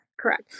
Correct